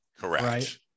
Correct